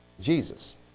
Jesus